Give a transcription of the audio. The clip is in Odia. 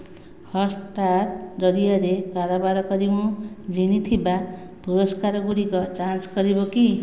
ହଟ୍ଷ୍ଟାର୍ ଜରିଆରେ କାରବାର କରି ମୁଁ ଜିଣିଥିବା ପୁରସ୍କାରଗୁଡ଼ିକ ଯାଞ୍ଚ କରିବ କି